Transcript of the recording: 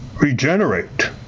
regenerate